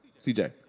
CJ